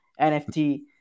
NFT